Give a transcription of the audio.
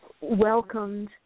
welcomed